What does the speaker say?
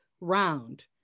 round